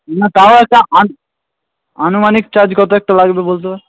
না তাও একটা আন আনুমানিক চার্জ কতো একটা লাগবে বলতে পা